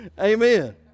Amen